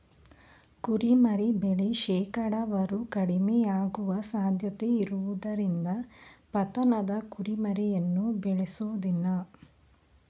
ಕುರಿಮರಿ ಬೆಳೆ ಶೇಕಡಾವಾರು ಕಡಿಮೆಯಾಗುವ ಸಾಧ್ಯತೆಯಿರುವುದರಿಂದ ಪತನದ ಕುರಿಮರಿಯನ್ನು ಬೇಳೆಸೋದಿಲ್ಲ